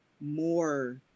more